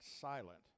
silent